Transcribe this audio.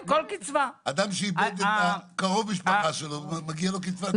אדם שאיבד את קרוב המשפחה שלו ומגיעה לו קצבה.